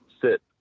sit